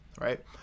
right